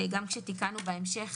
גם כשתיקנו בהמשך